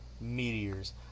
Meteors